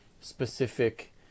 specific